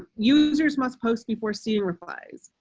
users must post before seeing replies.